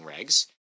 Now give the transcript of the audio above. regs